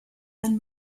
then